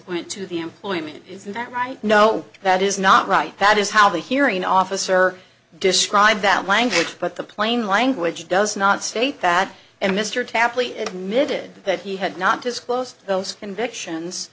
went to the employment isn't that right no that is not right that is how the hearing officer described that language but the plain language does not state that and mr tapley admitted that he had not disclosed those convictions